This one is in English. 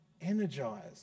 energized